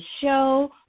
show